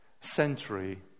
century